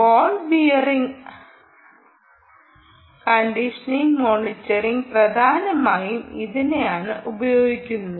ball ബിയറിങ്ങിന്റെ bearing condition monitoring പ്രധാനമായും ഇതിനാണ് ഉപയോഗിക്കുന്നത്